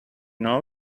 know